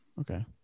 Okay